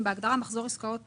מי בעד אישור סעיף 5?